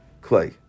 clay